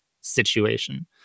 situation